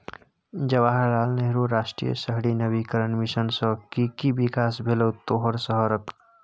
जवाहर लाल नेहरू राष्ट्रीय शहरी नवीकरण मिशन सँ कि कि बिकास भेलौ तोहर शहरक?